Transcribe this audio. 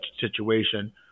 situation